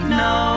no